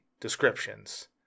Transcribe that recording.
descriptions